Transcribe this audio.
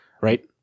right